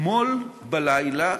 אתמול בלילה